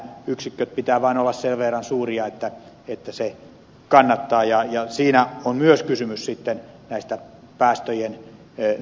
yksiköiden pitää vaan olla sen verran suuria että se kannattaa ja siinä on sitten myös kysymys tästä päästöjen sitomisesta